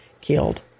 killed